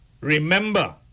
remember